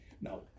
now